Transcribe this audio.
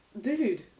Dude